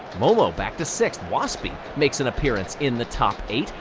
mom back to sixth. wospy makes an appearance in the top eight.